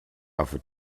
affe